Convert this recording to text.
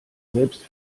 selbst